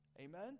Amen